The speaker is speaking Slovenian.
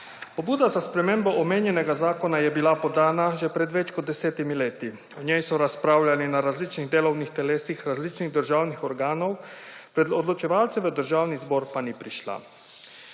Pobuda za spremembo omenjenega zakona je bila podana že pred več kot desetimi leti. O njej so razpravljali na različnih delovnih telesih različnih državnih organov, pred odločevalce v Državni zbor pa ni prišla.